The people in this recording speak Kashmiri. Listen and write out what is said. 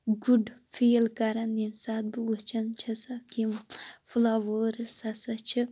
گُڈ فیٖل کَران ییٚمہِ ساتہٕ بہٕ وُچھان چھَسکھ یِم فُلاوٲرٕس ہَسا چھِ